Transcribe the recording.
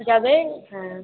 যাবে হ্যাঁ